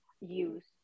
use